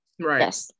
Right